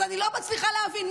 אז אני לא מצליחה להבין,